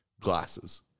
glasses